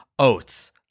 Oats